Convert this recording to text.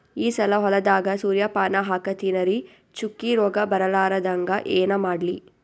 ಈ ಸಲ ಹೊಲದಾಗ ಸೂರ್ಯಪಾನ ಹಾಕತಿನರಿ, ಚುಕ್ಕಿ ರೋಗ ಬರಲಾರದಂಗ ಏನ ಮಾಡ್ಲಿ?